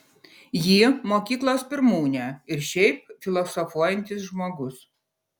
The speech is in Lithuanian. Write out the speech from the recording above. ji mokyklos pirmūnė ir šiaip filosofuojantis žmogus